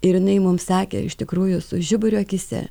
ir jinai mums sakė iš tikrųjų su žiburiu akyse